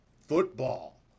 football